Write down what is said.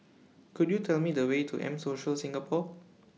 Could YOU Tell Me The Way to M Social Singapore